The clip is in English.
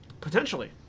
Potentially